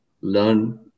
learn